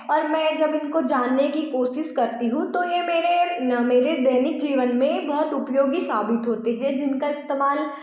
और मैं जब इनको जानने की कोशिश करती हूँ तो यह मेरे न मेरे दैनिक जीवन मे बहुत उपयोगी साबित होते है जिनका इस्तेमाल